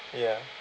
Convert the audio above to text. ya